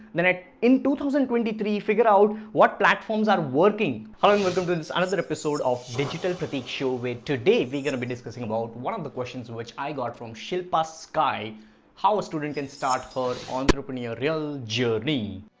then i in two thousand and twenty three figure out what platforms are working how long welcome to this another episode of digital critique show wait today, we gonna be discussing about one of the questions which i got from shilpa skye how a student can start for entrepreneurial journey